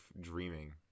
dreaming